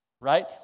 right